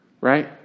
right